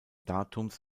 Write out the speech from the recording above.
datums